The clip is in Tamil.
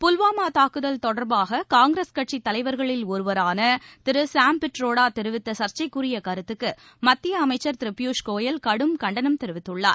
புல்வாமாதாக்குதல் தொடர்பாககாங்கிரஸ் கட்சிதலைவர்களில் ஒருவரானதிருசாம்பிட்ரோடாதெரிவித்தள்ச்சைகுரியகருத்துக்குமத்தியஅமைச்ச் திருபியூஷ்கோயல் கடும் கண்டனம் தெரிவித்துள்ளார்